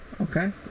Okay